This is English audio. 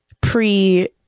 pre